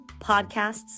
podcasts